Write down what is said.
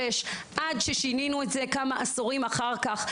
עד ששינינו את זה כמה עשורים אחר כך.